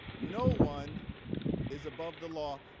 no one is above the law,